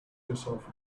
yourself